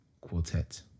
quartet